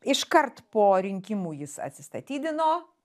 iškart po rinkimų jis atsistatydino